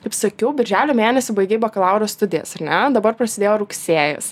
kaip sakiau birželio mėnesį baigei bakalauro studijas ar ne dabar prasidėjo rugsėjis